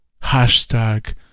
Hashtag